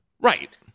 right